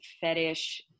fetish